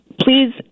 Please